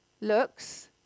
looks